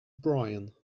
bryan